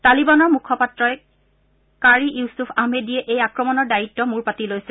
তালিবানৰ মুখপাত্ৰ কাৰি ইউছুফ আহমেদীয়ে এই আক্ৰমণৰ দায়িত্ব মূৰ পাতি লৈছে